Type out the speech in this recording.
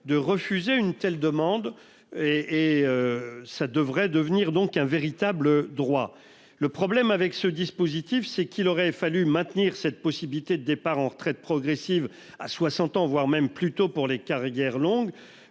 le refus d'une telle demande : cela devrait donc devenir un véritable droit. Le problème avec ce dispositif, c'est qu'il aurait fallu maintenir cette possibilité de départ à la retraite progressive à 60 ans, voire plus tôt pour les carrières longues.